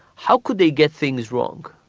how could they get things wrong?